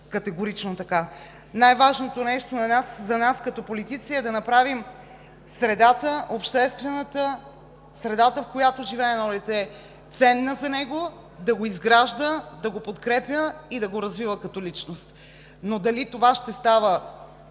категорично така. Най-важното нещо за нас като политици е да направим средата, в която живее едно дете, ценна за него, да го изгражда, да го подкрепя и да го развива като личност. Но дали това ще става